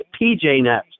PJNet